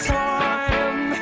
time